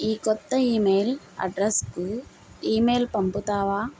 ఈ కొత్త ఈమెయిల్ అడ్రస్కు ఈమెయిల్ పంపుతావా